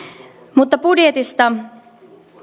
mutta budjetista